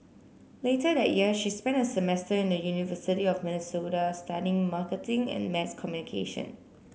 later that year she spent a semester in the university of Minnesota studying marketing and mass communication